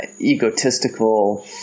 egotistical